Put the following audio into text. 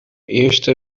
eerste